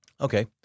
Okay